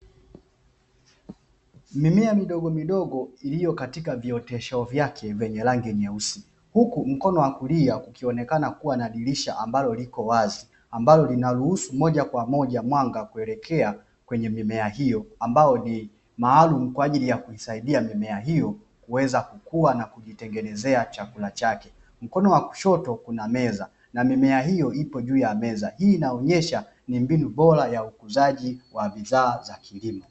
Mimea midogo midogo iliyo katika viotesho vyake vyenye rangi nyeusi huku mkono wa kulia ukionekana kuwa na dirisha ambalo liko wazi ambalo linaruhusu moja kwa moja mwanga kuelekea kwenye mimea hiyo ambayo ni maalum kwa ajili ya kukusaidia mbele hiyo kuweza kukua na kujitengenezea chakula chake, mkono wa kushoto kuna meza na mimea hiyo ipo juu ya meza hii inaonyesha ni mbinu bora ya ukuzaji wa bidhaa za kilimo